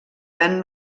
han